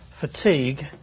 fatigue